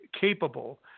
capable